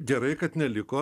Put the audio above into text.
gerai kad neliko